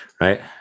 right